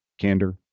candor